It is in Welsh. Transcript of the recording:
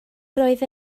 roedd